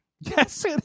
Yes